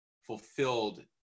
fulfilled